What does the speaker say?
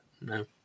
no